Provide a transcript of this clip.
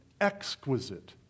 exquisite